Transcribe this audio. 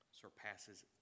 surpasses